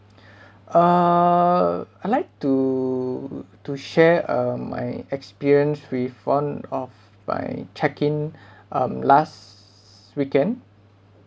uh I like to to share uh my experience with one of my check-in um last weekend